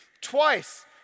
Twice